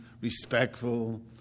respectful